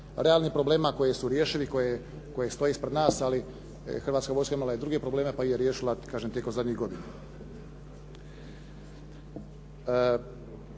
realnih problema koji su riješeni, koji stoje ispred nas ali hrvatska vojska imala je druge probleme pa ih je riješila kažem tijekom zadnjih godina.